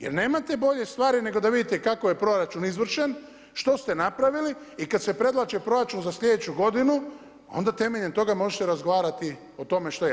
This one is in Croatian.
Jer nemate bolje stvari nego da vidite kako je proračun izvršen, što ste napravili i kada se predlaže proračun za sljedeću godinu onda temeljem toga možete razgovarati o tome što je.